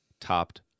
topped